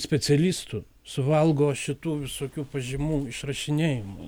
specialistų suvalgo šitų visokių pažymų išrašinėjimai